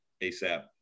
ASAP